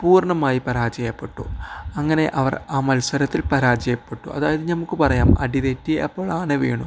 പൂർണ്ണമായി പരാജയപ്പെട്ടു അങ്ങനെ അവർ ആ മത്സരത്തിൽ പരാജയപ്പെട്ടു അതായത് നമുക്ക് പറയാം അടിതെറ്റിയപ്പോള് ആന വീണു